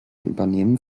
übernehmen